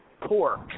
pork